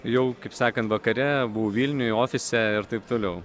jau kaip sakant vakare buvau vilniuj ofise ir taip toliau